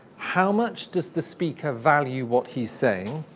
how much does the speaker value what he's saying?